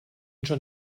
schon